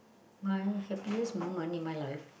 my happiest moment in my life